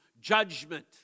judgment